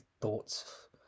thoughts